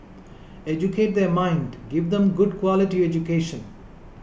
educate their mind give them good quality education